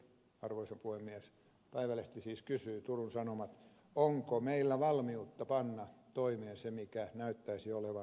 arvoisa puhemies aamulehti siis kysyy onko meillä valmiutta panna toimeen se mikä näyttäisi olevan välttämätöntä